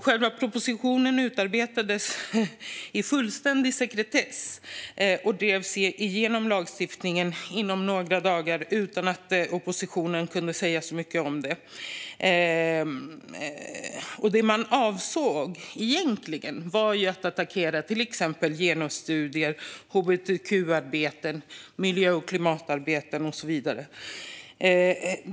Själva propositionen utarbetades i fullständig sekretess och drevs igenom inom några dagar utan att oppositionen kunde säga så mycket om det. Det man egentligen avsåg var att attackera till exempel genusstudier, hbtq-arbete, miljö och klimatarbete och så vidare.